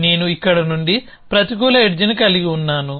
నేను ఇక్కడ నుండి ప్రతికూల ఎడ్జ్ ని కలిగి ఉన్నాను